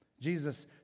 Jesus